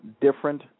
different